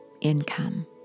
income